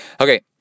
Okay